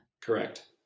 Correct